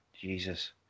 Jesus